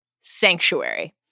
Sanctuary